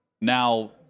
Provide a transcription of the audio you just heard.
now